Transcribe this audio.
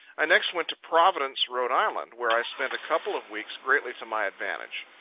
i next went to providence, rhode island, where i spent a couple of weeks greatly to my advantage.